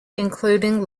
including